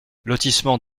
lotissement